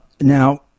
Now